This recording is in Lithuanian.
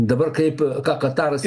dabar kaip ką kataras